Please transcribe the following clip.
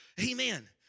Amen